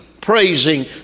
praising